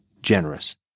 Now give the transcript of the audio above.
generous